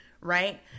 right